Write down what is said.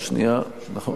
מטעם סיעת העבודה, נכון,